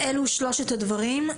אלה שלושת הדברים.